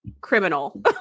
criminal